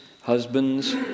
husbands